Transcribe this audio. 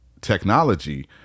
technology